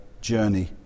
journey